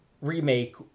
remake